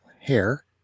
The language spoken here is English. hair